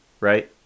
right